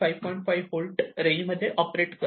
5 volt रेंजमध्ये operate करते